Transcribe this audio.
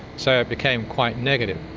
so it became quite negative.